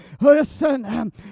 Listen